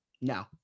No